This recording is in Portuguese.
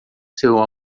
seu